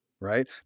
right